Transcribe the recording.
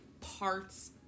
parts